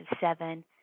seven